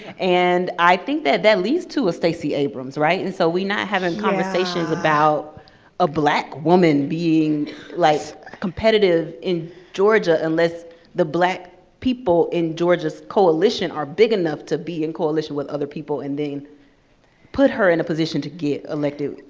and, i think that that leads to a stacey abrams, right? and so we're not having conversations about a black woman being like competitive in georgia unless the black people in georgia's coalition are big enough to be in coalition with other people and then put her in a position to get elected,